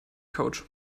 coach